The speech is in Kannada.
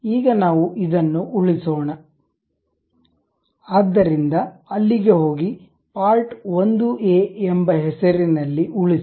ಈಗ ನಾವು ಇದನ್ನು ಉಳಿಸೋಣ ಆದ್ದರಿಂದ ಅಲ್ಲಿಗೆ ಹೋಗಿ ಪಾರ್ಟ್ 1 ಎ ಎಂಬ ಹೆಸರಿನಲ್ಲಿ ಉಳಿಸಿ